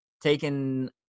taken